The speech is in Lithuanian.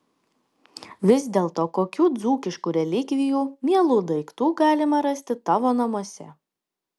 vis dėlto kokių dzūkiškų relikvijų mielų daiktų galima rasti tavo namuose